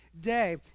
Day